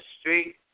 street